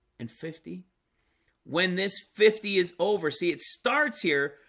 and fifty when this fifty is over see it starts here,